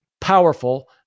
powerful